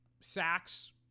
sacks